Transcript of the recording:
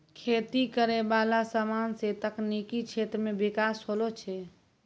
खेती करै वाला समान से तकनीकी क्षेत्र मे बिकास होलो छै